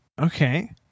Okay